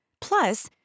Plus